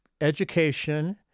education